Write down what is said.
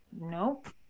nope